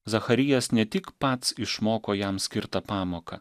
zacharijas ne tik pats išmoko jam skirtą pamoką